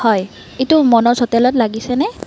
হয় এইটো মনোজ হোটেলত লাগিছেনে